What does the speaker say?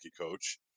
coach